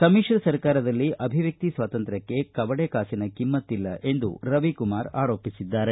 ಸಮಿಶ್ರ ಸರ್ಕಾರದಲ್ಲಿ ಅಭಿವ್ಯಕ್ಷಿ ಸ್ವಾತಂತ್ರ್ಕಕ್ಷೆ ಕವಡೆ ಕಾಸಿನ ಬೆಲೆಯೂ ಉಳದಿಲ್ಲ ಎಂದು ರವಿಕುಮಾರ ಆರೋಪಿಸಿದ್ದಾರೆ